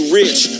rich